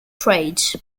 trades